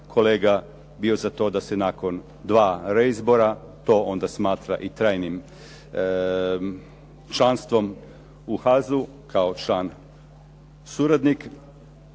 kolega bilo za to da se nakon dva reizbora to onda smatra i trajnim članstvom u HAZU kao član suradnik.